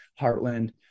Heartland